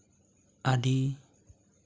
ᱟᱹᱰᱤ